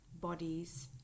bodies